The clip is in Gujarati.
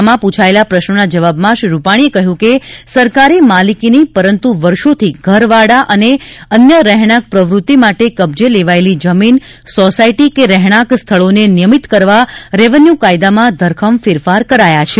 વિધાનસભામાં પૂછાયેલા પ્રશ્નના જવાબમાં શ્રી રૂપાક્ષીએ કહ્યું કે સરકારી માલીકીની પરંતુ વર્ષોથી ઘર વાડા અને અન્ય રહેક્ષાંક પ્રવૃત્તિ માટે કબજે લેવાયેલી જમીન સોસોયટી કે રહેણાંક સ્થળોને નિયમિત કરવા રેવન્યુ કાયદામાં ધરખમ ફેરફાર કરાયા છે